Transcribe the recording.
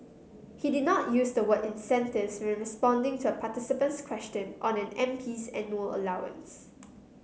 he did not use the word incentives when responding to a participant's question on an MP's annual allowance